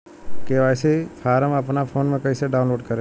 KYC form अपना phone मे कइसे डाऊनलोड करेम?